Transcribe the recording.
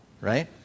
right